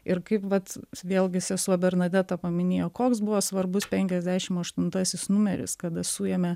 ir kaip vat vėlgi sesuo bernadeta paminėjo koks buvo svarbus penkiasdešim aštuntasis numeris kada suėmė